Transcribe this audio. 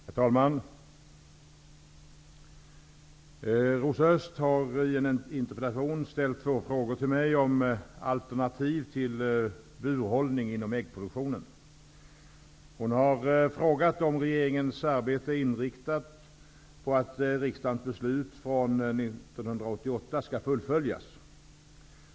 Herr talman! Rosa Östh har i en interpellation ställt två frågor till mig om alternativ till burhållning inom äggproduktionen. Hon har frågat om regeringens arbete är inriktat på att riksdagens beslut från 1988 skall fullföljas.